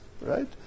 right